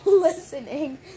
Listening